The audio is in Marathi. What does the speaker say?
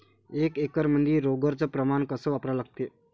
एक एकरमंदी रोगर च प्रमान कस वापरा लागते?